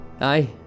Aye